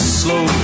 slow